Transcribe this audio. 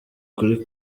kuri